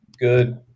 good